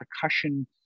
percussion